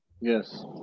Yes